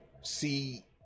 see